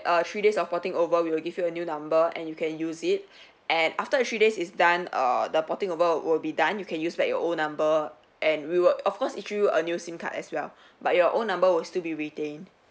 err three days of porting over we will give you a new number and you can use it and after a three days is done err the porting over will be done you can use back your old number and we will of course issue a new SIM card as well but your old number will still be retained